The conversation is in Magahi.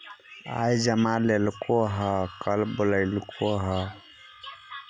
आज जमा लेलको कल बोलैलको हे?